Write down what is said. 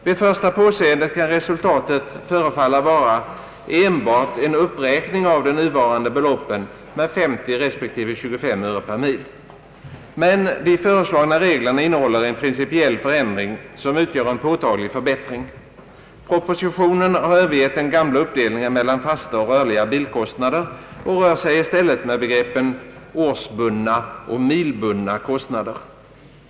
Vid första påseendet kan resultatet förefalla att vara enbart en uppräkning av de nuvarande beloppen med 50 respektive 25 öre per mil. Men de föreslagna reglerna innehåller en principiell förändring som utgör en påtaglig förbättring. Propositionen har övergett den gamla uppdelningen mellan fasta och rörliga bilkostnader och rör sig i stället med begreppen årsbundna och milbundna kostnader.